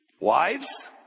wives